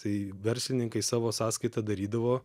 tai verslininkai savo sąskaita darydavo